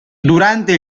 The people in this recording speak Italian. durante